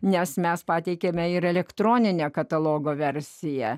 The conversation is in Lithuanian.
nes mes pateikiame ir elektroninę katalogo versiją